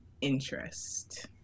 interest